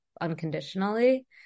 unconditionally